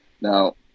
now